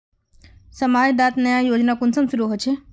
समाज डात नया योजना कुंसम शुरू होछै?